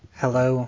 hello